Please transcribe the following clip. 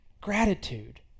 gratitude